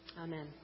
Amen